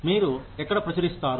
మీరు ఎక్కడ ప్రచురిస్తారు